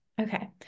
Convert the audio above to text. Okay